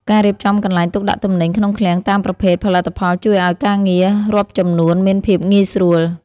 ការរៀបចំកន្លែងទុកដាក់ទំនិញក្នុងឃ្លាំងតាមប្រភេទផលិតផលជួយឱ្យការងាររាប់ចំនួនមានភាពងាយស្រួល។